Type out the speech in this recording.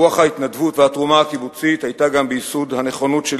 רוח ההתנדבות והתרומה הקיבוצית היתה גם ביסוד הנכונות שלי